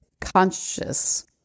conscious